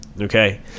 Okay